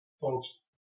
folks